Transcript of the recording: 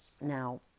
Now